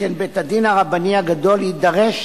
שכן בית-הדין הרבני הגדול יידרש